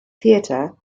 theatre